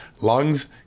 lungs